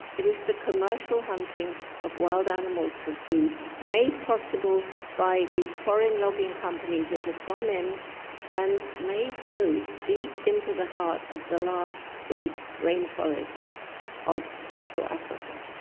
it is the commercial hunting of wild animals for food, made possible by the foreign logging companies that have gone in and made roads deep into the heart of the last great rainforests of central africa.